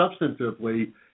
substantively